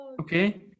okay